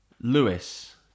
Lewis